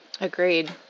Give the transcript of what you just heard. Agreed